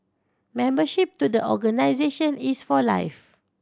membership to the organisation is for life